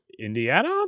Indiana